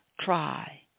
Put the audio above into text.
try